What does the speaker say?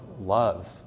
love